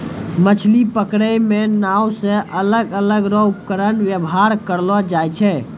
मछली पकड़ै मे नांव से अलग अलग रो उपकरण वेवहार करलो जाय छै